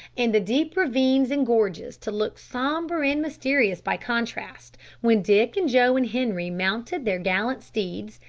and the deep ravines and gorges to look sombre and mysterious by contrast, when dick, and joe, and henri mounted their gallant steeds,